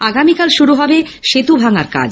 আগামীকাল শুরু হবে সেতু ভাঙার কাজ